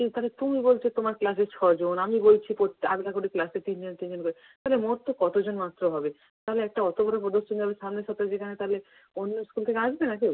সেই তাহলে তুমি বলছো তোমার ক্লাসে ছজন আমি বলছি পোত আলাদা করে ক্লাসে তিনজন তিনজন করে তাহলে মোট তো কতোজন মাত্র হবে তাহলে একটা অতো বড়ো প্রদর্শনী হবে সামনের সপ্তাহে যেখানে তাহলে অন্য স্কুল থেকে আসবে না কেও